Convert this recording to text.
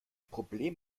problem